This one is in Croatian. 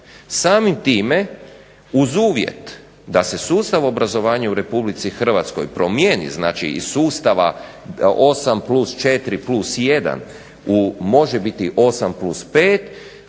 Samim time uz uvjet da se sustav obrazovanja u Republici Hrvatskoj promijeni, znači iz sustava 8 plus 4 plus 1 može biti 8 plus 5